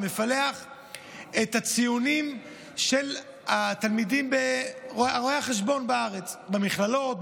את הציונים של התלמידים רואי החשבון בארץ במכללות,